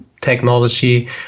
technology